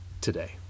today